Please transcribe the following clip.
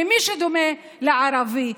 ומי שדומה לערבי.